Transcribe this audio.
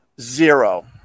Zero